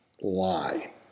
lie